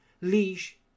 Leash